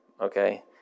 Okay